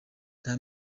nta